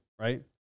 right